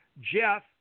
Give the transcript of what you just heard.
Jeff